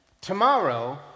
Tomorrow